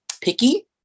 picky